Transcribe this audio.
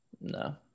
No